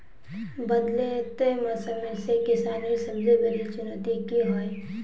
बदलते मौसम से किसानेर सबसे बड़ी चुनौती की होय?